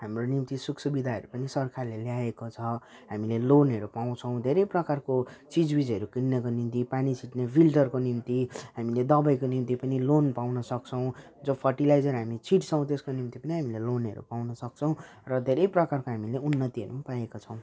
हाम्रो निम्ति सुखसुविधाहरू पनि सरकारले ल्याएको छ हामीले लोनहरू पाउँछौँ धेरै प्रकारको चिजबिजहरू किन्नको निम्ति पानी छिट्ने फिल्टरको निम्ति हामीले दबाईको निम्ति पनि लोन पाउनसक्छौँ जो फर्टिलाइजर हामी छिट्छौँ त्यसको निम्ति पनि हामीले लोनहरू पाउनसक्छौँ र धेरै प्रकारको हामीले उन्नतिहरू पनि पाएका छौँ